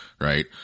right